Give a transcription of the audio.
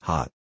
Hot